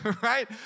Right